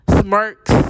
smirks